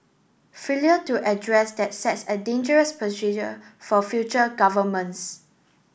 failure to address that sets a dangerous for future governments